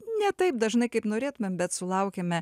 ne taip dažnai kaip norėtumėm bet sulaukiame